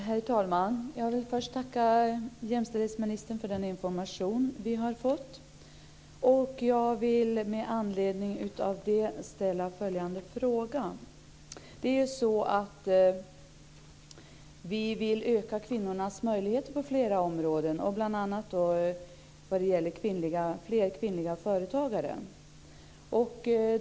Herr talman! Jag vill först tacka jämställdhetsministern för den information vi har fått, och jag vill med anledning av det ställa en fråga. Vi vill öka kvinnornas möjligheter på flera områden, bl.a. när det gäller fler kvinnliga företagare.